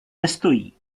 nestojí